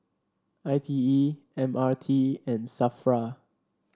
I T E M R T and Safra